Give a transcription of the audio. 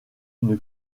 une